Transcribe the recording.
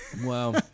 Wow